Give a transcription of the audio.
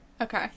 Okay